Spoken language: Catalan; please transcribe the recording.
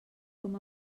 com